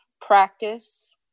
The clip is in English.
practice